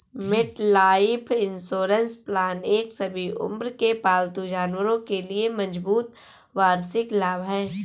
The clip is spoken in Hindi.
मेटलाइफ इंश्योरेंस प्लान एक सभी उम्र के पालतू जानवरों के लिए मजबूत वार्षिक लाभ है